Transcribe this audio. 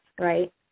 Right